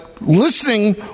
Listening